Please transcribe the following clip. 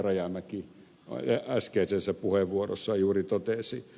rajamäki äskeisessä puheenvuorossaan juuri totesi